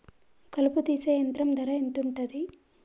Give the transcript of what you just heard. కలుపు తీసే యంత్రం ధర ఎంతుటది?